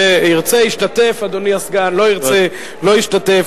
ירצה, ישתתף, אדוני הסגן, לא ירצה, לא ישתתף.